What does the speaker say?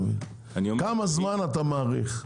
כמה זמן אתה מעריך?